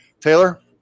Taylor